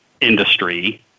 industry